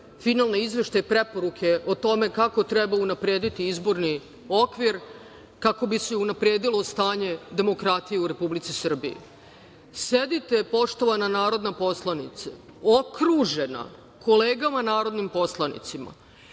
finalne izveštaje, preporuke o tome kako treba unaprediti izborni okvir kako bi se unapredilo stanje demokratije u Republici Srbiji. Sedite poštovana narodna poslanice okružena kolegama narodnim poslanicima